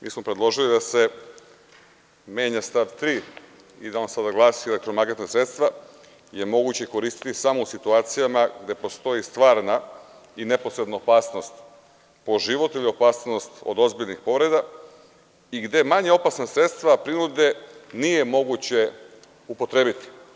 Mi smo predložili da se menja stav 3. i da on sada glasi: „Elektromagnetna sredstva je moguće koristiti samo u situacijama gde postoji stvarna i neposredna opasnost po život ili opasnost od ozbiljnih povreda i gde manje opasna sredstva prinude nije moguće upotrebiti“